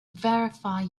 verify